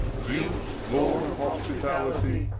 zeus, lord of hospitality,